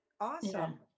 Awesome